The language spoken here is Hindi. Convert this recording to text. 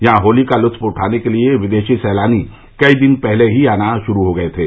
यहां होली का लुत्फ उठाने के लिए विदेशी सैलानी कई दिन पहले से ही आना शुरू हो गये थे